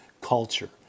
culture